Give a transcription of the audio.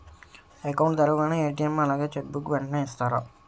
Account తెరవగానే ATM అలాగే cheque book వెంటనే ఇస్తారా?